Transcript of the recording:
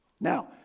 Now